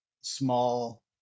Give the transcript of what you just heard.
small